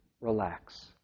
relax